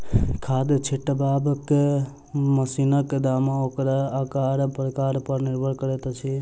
खाद छिटबाक मशीनक दाम ओकर आकार प्रकार पर निर्भर करैत अछि